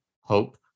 hope